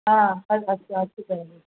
अस्तु अस्तु